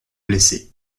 blessés